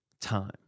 time